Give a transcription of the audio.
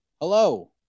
hello